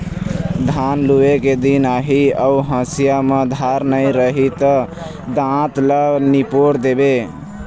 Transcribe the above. धान लूए के दिन आही अउ हँसिया म धार नइ रही त दाँत ल निपोर देबे